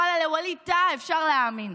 ואללה, לווליד טאהא אפשר להאמין.